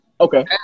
okay